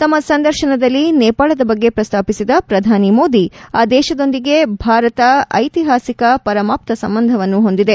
ತಮ್ನ ಸಂದರ್ಶನದಲ್ಲಿ ನೇಪಾಳದ ಬಗ್ಗೆ ಪ್ರಸ್ತಾಪಿಸಿದ ಪ್ರಧಾನಿ ಮೋದಿ ಆ ದೇಶದೊಂದಿಗೆ ಭಾರತ ಐತಿಹಾಸಿಕ ಪರಮಾಪ್ತ ಸಂಬಂಧವನ್ನು ಹೊಂದಿದೆ